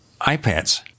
iPads